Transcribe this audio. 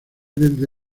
desde